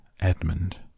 Edmund